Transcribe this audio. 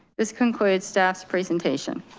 this concludes staff's presentation.